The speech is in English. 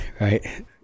right